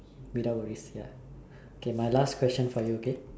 without worries ya okay my last question for you okay